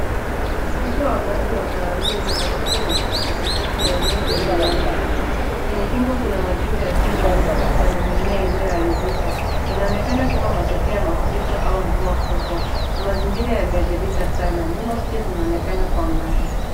Mto wa maji wa kahawia yenye matope unapita katikati ya eneo lenye uharibifu. Kwenye kingo kuna majengo yasiyomalizika na mimea iliyoharibika, inaoenakana kama matokea ya mafuriko au mvua kubwa, na mazingira yameathirika sana. Nyumba chache zinaonekana kwa mbali.